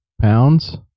pounds